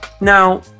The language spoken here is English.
now